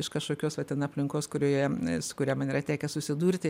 iš kašokios va ten aplinkos kurioje su kuria man yra tekę susidurti